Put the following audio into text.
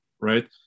right